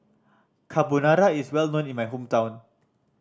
carbonara is well known in my hometown